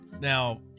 Now